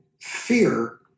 fear